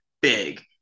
big